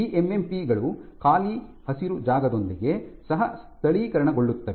ಈ ಎಂಎಂಪಿ ಗಳು ಖಾಲಿ ಹಸಿರು ಜಾಗದೊಂದಿಗೆ ಸಹ ಸ್ಥಳೀಕರಣಗೊಳ್ಳುತ್ತವೆ